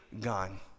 gone